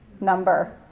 number